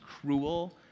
cruel